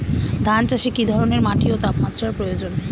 ধান চাষে কী ধরনের মাটি ও তাপমাত্রার প্রয়োজন?